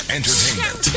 Entertainment